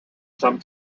some